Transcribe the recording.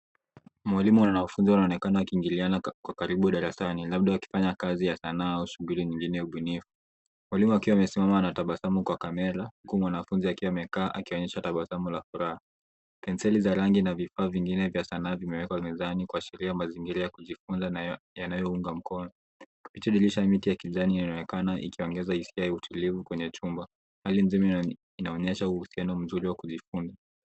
Mwalimu anayefunza anaonekana akiingiliana kwa karibu darasani labda wakifanya kazi ya sanaa au shughuli nyingine ya ubunifu. Mwalimu akiwa amesimama anatabasamu kwa kamera huku mwanafunzi akiwa amekaa akionyesha tabasamu la furaha. Penseli za rangi na vifaa vingine vya sanaa vimewekwa mezani kuashiria mazingira ya kujifunza yanayounga mkono. Nje ya dirisha ni miti ya kijani inayoonekana ikiongeza hisia ya utulivu kwenye chumba. Hali nzima inaonyesha uhusiano mzuri wa kujifunza.